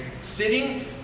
Sitting